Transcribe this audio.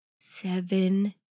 seven